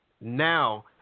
Now